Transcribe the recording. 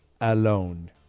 alone